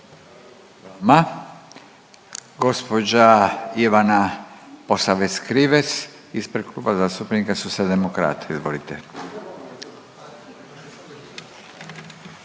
vama. Gospođa Ivana Posavec Krivec, ispred Kluba zastupnika Socijaldemokrata. Izvolite.